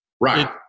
Right